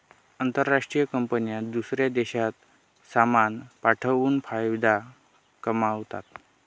आंतरराष्ट्रीय कंपन्या दूसऱ्या देशात सामान पाठवून फायदा कमावतात